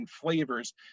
flavors